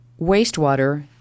wastewater